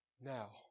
now